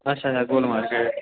अच्छा अच्छा गोल मार्केट